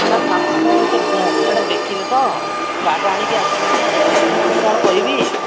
madam ଆପଣ ସେଇଟା ଦେଖିଲେ ତ ଟାର୍ଟା ଆଣିକି ଆସିଲେ ସିନା ଦେଖିଲେ ସିନା ମୁଁ କ'ଣ କହିବି